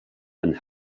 and